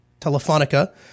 Telefonica